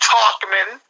Talkman